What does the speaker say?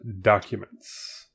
documents